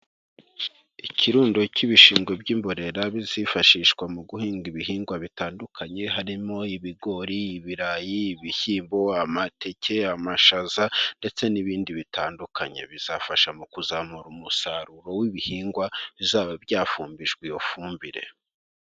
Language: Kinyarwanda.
Ikirundo cy'ibishingwe by'imborera bizifashishwa mu guhinga ibihingwa bitandukanye harimo ibigori, ibirayi, ibishyimbo, amateke, amashaza ndetse n'ibindi bitandukanye. Bizafasha mu kuzamura umusaruro w'ibihingwa bizaba byafumbijwe iyo fumbire.